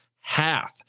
half